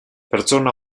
pertsona